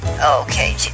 Okay